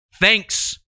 Thanks